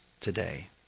today